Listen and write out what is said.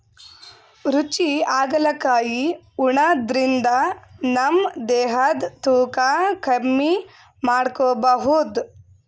ರುಚಿ ಹಾಗಲಕಾಯಿ ಉಣಾದ್ರಿನ್ದ ನಮ್ ದೇಹದ್ದ್ ತೂಕಾ ಕಮ್ಮಿ ಮಾಡ್ಕೊಬಹುದ್